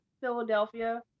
Philadelphia